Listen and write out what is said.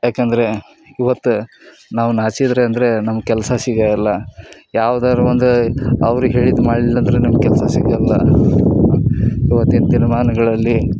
ಯಾಕೆಂದರೆ ಇವತ್ತು ನಾವು ನಾಚಿದರೆ ಅಂದರೆ ನಮ್ಗೆ ಕೆಲಸ ಸಿಗೋಲ್ಲ ಯಾವ್ದಾದ್ರು ಒಂದು ಅವ್ರಿಗೆ ಹೇಳಿದ್ದು ಮಾಡಲಿಲ್ಲ ಅಂದ್ರೆ ನಮ್ಗೆ ಕೆಲಸ ಸಿಗೋಲ್ಲ ಇವತ್ತಿನ ದಿನಮಾನ್ಗಳಲ್ಲಿ